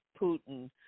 Putin